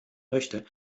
möchte